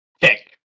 Kick